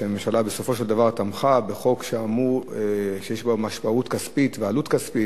שהממשלה בסופו של דבר תמכה בחוק שיש לו משמעות כספית ועלות כספית,